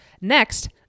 Next